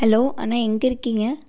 hello அண்ணா எங்கே இருக்கீங்கள்